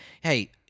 hey